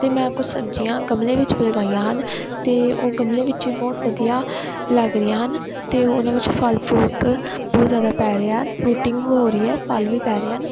ਅਤੇ ਮੈਂ ਕੁਛ ਸਬਜ਼ੀਆਂ ਗਮਲੇ ਵਿੱਚ ਵੀ ਲਗਾਈਆਂ ਹਨ ਅਤੇ ਉਹ ਗਮਲੇ ਵਿੱਚ ਵੀ ਬਹੁਤ ਵਧੀਆ ਲੱਗ ਰਹੀਆਂ ਹਨ ਅਤੇ ਉਹਨਾਂ ਵਿੱਚ ਫ਼ਲ ਫਰੂਟ ਬਹੁਤ ਜ਼ਿਆਦਾ ਪੈ ਰਿਹਾ ਫਰੂਟਿੰਗ ਵੀ ਹੋ ਰਹੀ ਹੈ ਫ਼ਲ ਵੀ ਪੈ ਰਹੇ ਹਨ